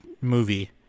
movie